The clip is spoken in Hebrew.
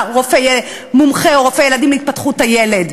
רופא מומחה או רופא להתפתחות הילד.